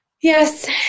Yes